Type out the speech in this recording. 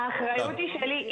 האחריות היא שלי.